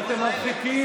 ואתם מרחיקים.